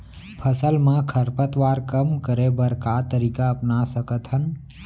फसल मा खरपतवार कम करे बर का तरीका अपना सकत हन?